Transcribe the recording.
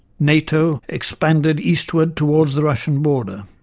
nato expanded eastward towards the russian border.